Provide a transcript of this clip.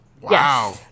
wow